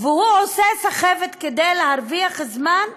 והוא עושה סחבת כדי להרוויח זמן,